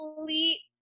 complete